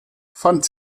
fand